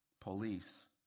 police